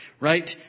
right